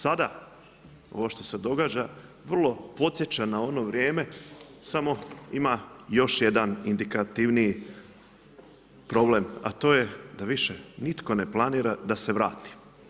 Sada ovo što se događa vrlo podsjeća na ono vrijeme samo ima još jedan indikativniji problem a to je da više nitko ne planira da se vrati.